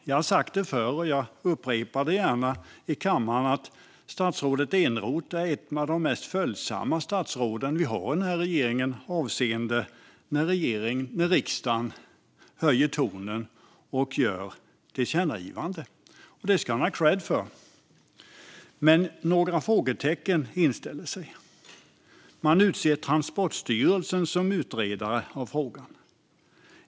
Jag har sagt det förr och upprepar gärna i kammaren att statsrådet Eneroth är ett av de mest följsamma statsråden i regeringen avseende när riksdagen höjer tonen och gör tillkännagivanden. Det ska han ha kredd för. Men några frågetecken inställer sig. Man utser Transportstyrelsen som utredare av frågan.